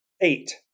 eight